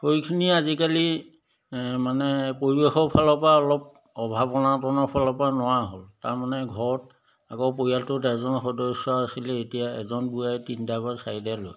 সেইখিনি আজিকালি এ মানে পৰিৱেশৰ ফালৰ পৰা অলপ অভাৱ অনাটনৰ ফালৰ পৰা নোৱাৰা হ'ল তাৰমানে ঘৰত আগৰ পৰিয়ালটোত এজন সদস্য আছিলে এতিয়া এজন তিনিটা বা চাৰিটালৈ